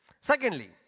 Secondly